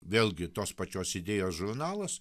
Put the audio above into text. vėlgi tos pačios idėjos žurnalas